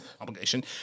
obligation